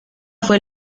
fue